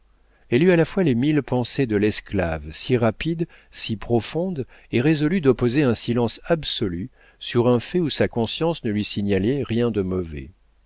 elle eut à la fois les mille pensées de l'esclave si rapides si profondes et résolut d'opposer un silence absolu sur un fait où sa conscience ne lui signalait rien de mauvais